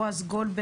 ניצב בועז גולדברג,